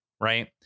right